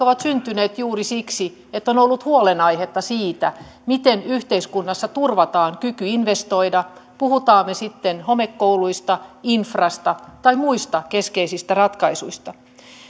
ovat syntyneet juuri siksi että on ollut huolenaihetta siitä miten yhteiskunnassa turvataan kyky investoida puhutaan sitten homekouluista infrasta tai muista keskeisistä ratkaisuista